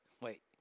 wait